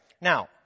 Now